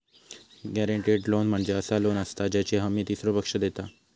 guaranteed loan म्हणजे असा loan असता ज्याची हमी तीसरो पक्ष देता